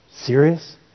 serious